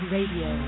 Radio